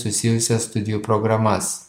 susijusias studijų programas